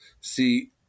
See